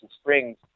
Springs